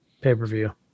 pay-per-view